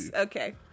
okay